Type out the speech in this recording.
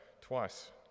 twice